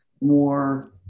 more